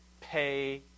pay